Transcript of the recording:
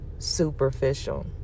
Superficial